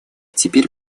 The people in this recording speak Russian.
теперь